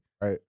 right